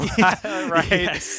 right